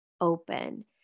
open